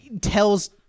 tells